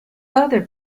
other